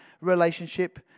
relationship